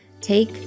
Take